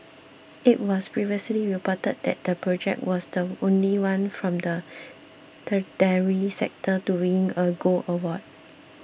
it was previously reported that the project was the only one from the tertiary sector to win a gold award